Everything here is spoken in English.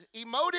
emotive